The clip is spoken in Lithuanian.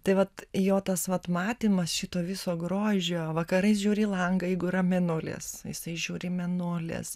tai vat jo tas vat matymas šito viso grožio vakarais žiūri į langą jeigu yra mėnulis jisai žiūri mėnulis